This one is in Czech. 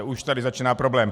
Už tady začíná problém.